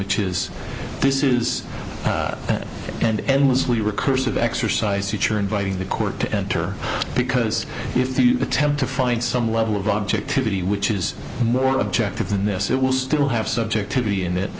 which is this is an endlessly recursive exercise teacher and by the court to enter because if you attempt to find some level of objectivity which is more objective than this it will still have subjectivity in it